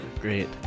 Great